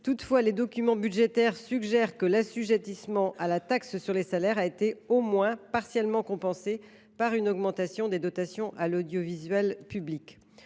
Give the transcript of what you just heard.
Toutefois, les documents budgétaires suggèrent que l’assujettissement à la taxe sur les salaires a été au moins partiellement compensé par une augmentation des dotations à l’audiovisuel public.